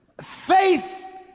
Faith